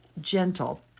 gentle